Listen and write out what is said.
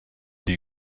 dei